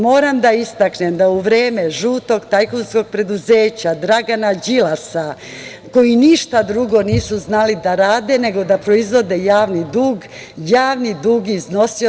Moram da istaknem da u vreme žutog tajkunskog preduzeća Dragana Đilasa koji ništa drugo nisu znali da rade nego da proizvode javni dug, javni dug je iznosio 79%